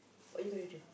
what are you gonna do